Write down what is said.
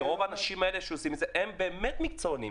רוב האנשים שעושים את זה הם באמת מקצוענים,